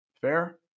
Fair